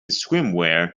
swimwear